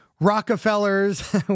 Rockefellers